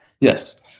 Yes